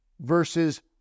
versus